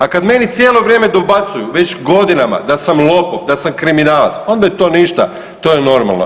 A kad meni cijelo vrijeme dobacuju već godinama da sam lopov, da sam kriminalac onda je to ništa, to je normalno.